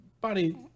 body